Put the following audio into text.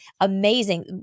amazing